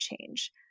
change